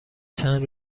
چند